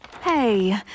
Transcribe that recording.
Hey